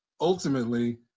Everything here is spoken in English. ultimately